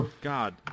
God